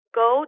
go